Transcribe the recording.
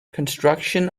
construction